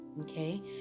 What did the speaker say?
Okay